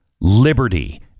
liberty